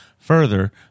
further